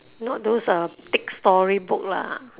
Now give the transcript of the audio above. not those uh thick storybook lah